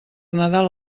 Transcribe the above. nadal